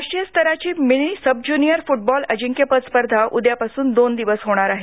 राष्ट्रीय स्तराची mini sub junior football अजिंक्यपद स्पर्धा उद्यापासून दोन दिवस होणार आहे